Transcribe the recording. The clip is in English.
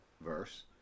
verse